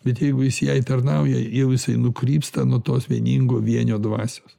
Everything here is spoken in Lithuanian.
bet jeigu jis jai tarnauja jau jisai nukrypsta nuo tos vieningo vienio dvasios